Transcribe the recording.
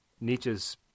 Nietzsche's